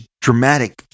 dramatic